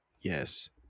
Yes